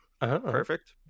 Perfect